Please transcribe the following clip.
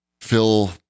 Phil